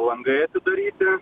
langai atidaryti